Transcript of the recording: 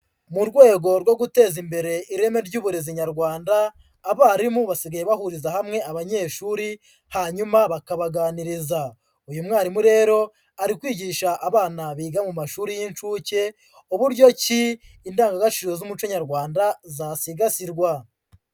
Mu rwego rwo guteza imbere ireme ry'uburezi nyarwanda, abarimu basigaye bahuriza hamwe abanyeshuri hanyuma bakabaganiriza. Uyu mwarimu rero ari kwigisha abana biga mu mashuri y'inshuke uburyo ki indangagaciro z'umuco nyarwanda zasigasirwa.